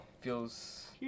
feels